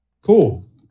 Cool